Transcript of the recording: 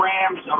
Rams